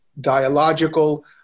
dialogical